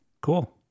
Cool